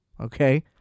Okay